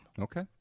Okay